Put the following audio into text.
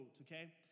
okay